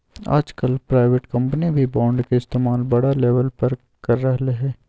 आजकल private company भी bond के इस्तेमाल बड़ा लेवल पर कर रहले है